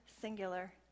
singular